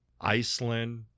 Iceland